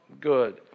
good